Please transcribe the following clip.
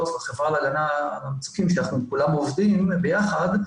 והחברה להגנה על המצוקים שאנחנו כולנו עובדים ביחד,